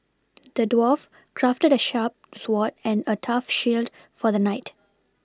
the dwarf crafted a sharp sword and a tough shield for the knight